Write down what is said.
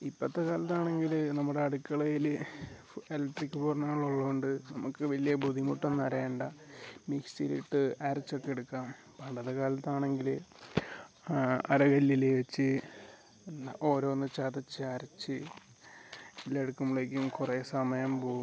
ഇപ്പത്തെ കാലത്താണെങ്കിൽ നമ്മുടെ അട്ക്കളയിൽ എലക്ട്രിക് ഉപകര്ണങ്ങൾ ഉള്ളതുകൊണ്ട് നമുക്ക് വലിയ ബുദ്ധിമുട്ടൊന്നും അറിയേണ്ട മിക്സിയിൽ ഇട്ടു അരച്ചൊക്കെ എടുക്കാം പണ്ടത്തെ കാലത്താണെങ്കിൽ അരകല്ലിൽ വച്ചു എന്ന ഓരോന്ന് ചതച്ചു അരച്ചു ഇതിൽ എടുക്കുമ്പോഴേക്കും കുറേ സമയം പോവും